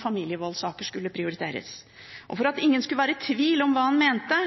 familievoldssaker skulle prioriteres, og for at ingen skulle være i tvil om hva han mente,